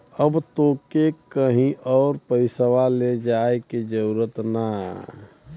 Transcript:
अब तोके कहींओ पइसवा ले जाए की जरूरत ना